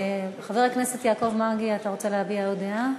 חבר הכנסת יעקב מרגי, אתה רוצה להביע עוד דעה?